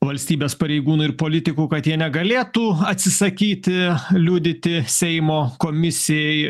valstybės pareigūnų ir politikų kad jie negalėtų atsisakyti liudyti seimo komisijai